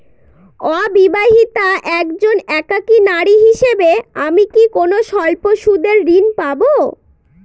অবিবাহিতা একজন একাকী নারী হিসেবে আমি কি কোনো স্বল্প সুদের ঋণ পাব?